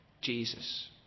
Jesus